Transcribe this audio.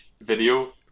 video